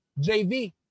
JV